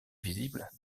visibles